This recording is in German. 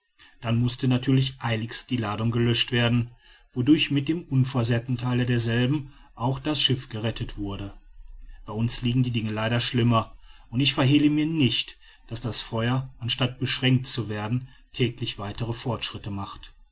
dann mußte natürlich eiligst die ladung gelöscht werden wodurch mit dem unversehrten theile derselben auch das schiff gerettet wurde bei uns liegen die dinge leider schlimmer und ich verhehle mir nicht daß das feuer anstatt beschränkt zu werden täglich weitere fortschritte macht